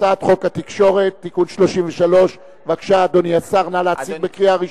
(חברי הכנסת עפו אגבאריה וכרמל שאמה יוצאים מאולם המליאה.)